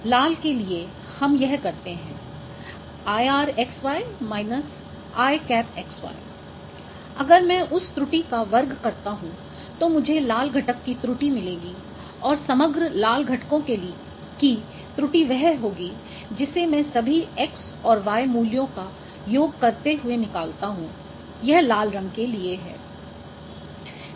लाल के लिए हम यह करते हैं IR x y − Iˆ x y अगर मैं उस त्रुटि का वर्ग करता हूँ तो मुझे लाल घटक की त्रुटि मिलेगी और समग्र लाल घटकों की त्रुटि वह होगी जिसे मैं सभी x और y मूल्यों का योग करते हुए निकालता हूँ यह लाल रंग के लिए है